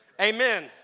Amen